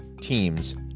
teams